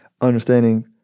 understanding